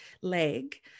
leg